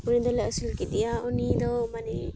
ᱩᱱᱤᱫᱚ ᱞᱮ ᱟᱹᱥᱩᱞ ᱠᱮᱫᱮᱭᱟ ᱩᱱᱤᱫᱚ ᱢᱟᱱᱮ